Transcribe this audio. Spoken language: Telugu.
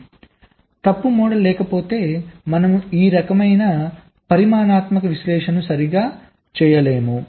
కాబట్టి తప్పు మోడల్ లేకపోతే మనము ఈ రకమైన పరిమాణాత్మక విశ్లేషణను సరిగ్గా చేయలేము